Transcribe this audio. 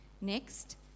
Next